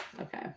Okay